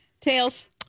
Tails